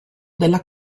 della